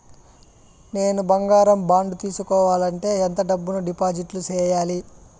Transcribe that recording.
నేను బంగారం బాండు తీసుకోవాలంటే ఎంత డబ్బును డిపాజిట్లు సేయాలి?